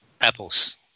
apples